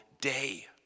day